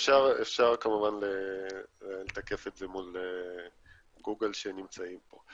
אפשר כמובן לתקף את זה מול גוגל שנמצאים פה.